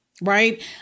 Right